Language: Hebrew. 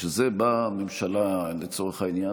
בשביל זה באה הממשלה לצורך העניין,